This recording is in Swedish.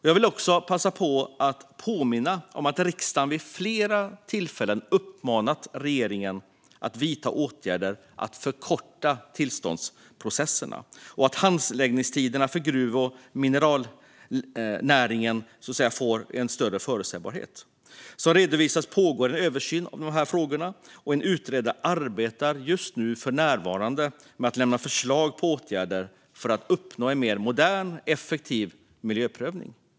Jag vill också passa på att påminna om att riksdagen vid flera tillfällen uppmanat regeringen att vidta åtgärder för att förkorta tillståndsprocesserna, och handläggningstiderna för gruv och mineralnäringen ska bli mer förutsägbara. Som redan har redovisats pågår en översyn av frågorna, och en utredare arbetar för närvarande med att lämna förslag på åtgärder för att uppnå en mer modern och effektiv miljöprövning.